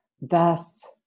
vast